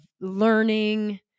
learning